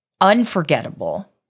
unforgettable